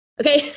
Okay